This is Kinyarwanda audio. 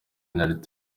penaliti